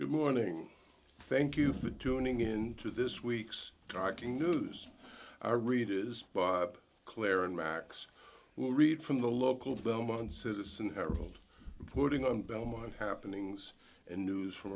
good morning thank you for tuning in to this week's shocking news i read is claire and max well read from the local belmont citizen herald putting on belmont happenings and news from